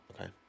okay